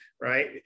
right